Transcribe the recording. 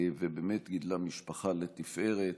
ובאמת גידלה משפחה לתפארת.